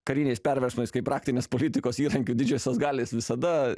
kariniais perversmais kaip praktinės politikos įrankiu didžiosios galios visada